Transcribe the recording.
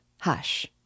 Hush